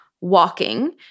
walking